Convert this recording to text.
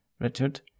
Richard